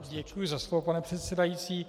Děkuji za slovo, pane předsedající.